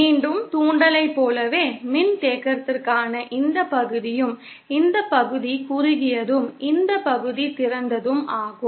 மீண்டும் தூண்டலைப் போலவே மின்தேக்கத்திற்கான இந்த பகுதியும் இந்த பகுதி குறுகியதும் இந்த பகுதி திறந்ததும் ஆகும்